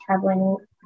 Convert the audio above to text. traveling